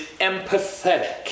empathetic